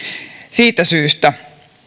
siitä syystä